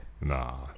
Nah